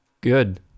Good